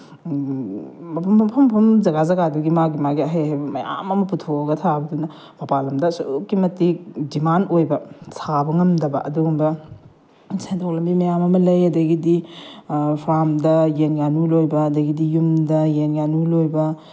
ꯃꯐꯝ ꯃꯐꯝ ꯖꯒꯥ ꯖꯒꯥꯗꯨꯒꯤ ꯃꯥꯒꯤ ꯃꯥꯒꯤ ꯑꯍꯩ ꯑꯍꯩꯕ ꯃꯌꯥꯝ ꯑꯃ ꯄꯨꯊꯣꯛꯑꯒ ꯊꯥꯕꯗꯨꯅ ꯃꯄꯥꯜꯂꯝꯗ ꯑꯁꯨꯛꯀꯤ ꯃꯇꯤꯛ ꯗꯤꯃꯥꯟ ꯑꯣꯏꯕ ꯁꯥꯕ ꯉꯝꯗꯕ ꯑꯗꯨꯒꯨꯝꯕ ꯁꯦꯟꯊꯣꯛ ꯂꯝꯕꯤ ꯃꯌꯥꯝ ꯑꯃ ꯂꯩ ꯑꯗꯒꯤꯗꯤ ꯐꯥꯝꯗ ꯌꯦꯟ ꯉꯥꯅꯨ ꯂꯣꯏꯕ ꯑꯗꯒꯤꯗꯤ ꯌꯨꯝꯗ ꯌꯦꯟ ꯉꯥꯅꯨ ꯂꯣꯏꯕ